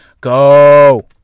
go